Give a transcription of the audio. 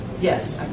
Yes